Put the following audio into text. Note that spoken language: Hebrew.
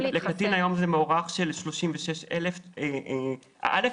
לקטין היום זה מוערך של 36,000. קודם כול,